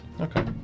Okay